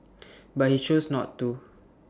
but he chose not to